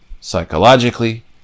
psychologically